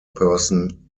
person